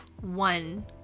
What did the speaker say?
one